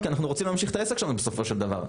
כי אנחנו רוצים להמשיך את העסק שלנו בסופו של דבר.